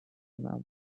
another